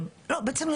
בעצם,